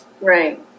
Right